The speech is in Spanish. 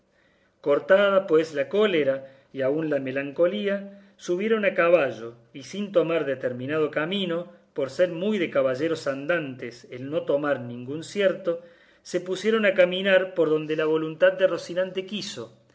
cortada pues la cólera y aun la malenconía subieron a caballo y sin tomar determinado camino por ser muy de caballeros andantes el no tomar ninguno cierto se pusieron a caminar por donde la voluntad de rocinante quiso